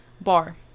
bar